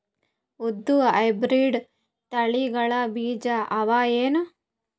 ಉದ್ದ ಹೈಬ್ರಿಡ್ ತಳಿಗಳ ಬೀಜ ಅವ ಏನು?